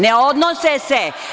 Ne odnose se.